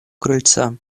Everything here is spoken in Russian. крыльца